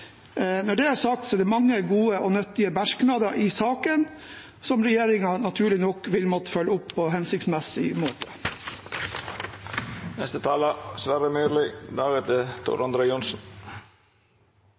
Når det er sagt, er det mange gode og nyttige merknader i saken, som regjeringen naturlig nok vil måtte følge opp på hensiktsmessig måte.